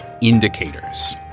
indicators